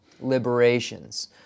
liberations